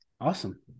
Awesome